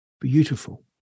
beautiful